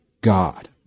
God